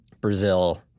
Brazil